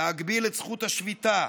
להגביל את זכות השביתה,